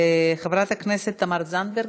חברת הכנסת תמר זנדברג,